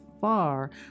far